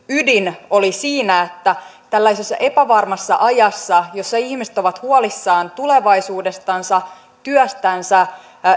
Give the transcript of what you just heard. ydin oli siinä että tällaisessa epävarmassa ajassa jossa ihmiset ovat huolissaan tulevaisuudestansa työstänsä